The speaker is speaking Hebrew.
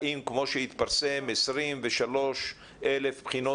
האם כמו שהתפרסם, 23,000 בחינות תוקנו?